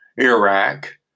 Iraq